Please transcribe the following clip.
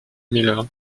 miller